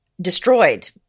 Destroyed